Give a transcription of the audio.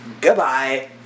Goodbye